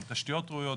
גם תשתיות ראויות,